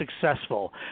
successful